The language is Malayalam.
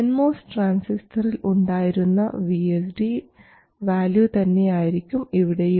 എൻ മോസ് ട്രാൻസിസ്റ്ററിൽ ഉണ്ടായിരുന്ന VSD വാല്യൂ തന്നെ ആയിരിക്കും ഇവിടെയും